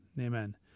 Amen